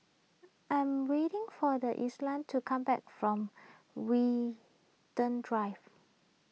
I am waiting for the Islam to come back from Drive